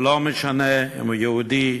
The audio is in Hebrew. לא משנה אם הוא יהודי,